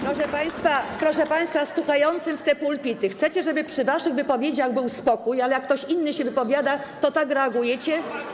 Proszę państwa, państwo stukający w te pulpity, chcecie, żeby przy waszych wypowiedziach był spokój, ale jak ktoś inny się wypowiada, to tak reagujecie?